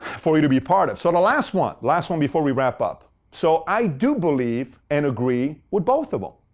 for you to be a part of. so the last one last one before we wrap up. so, i do believe and agree with both of them.